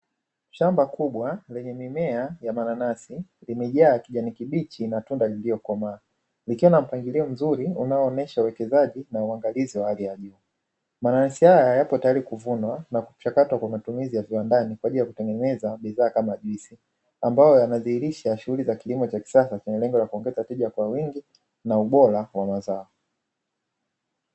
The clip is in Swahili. Shamba kubwa lenye mimea ya mananasi, limejaa kijani kibichi na tunda lililokomaa likiwa na mpangilio mzuri unaoonyesha uwekezaji wa uangalizi wa hali ya juu. Mananasi haya yapo tayari kuvunwa na kuchakatwa kwa matumizi ya viwandani kwa ajili ya kutengeneza bidhaa kama juisi, ambayo yanadhihirisha shughuli za kilimo cha kisasa lenye lengo la kuongeza tija kwa wingi na ubora wa mazao.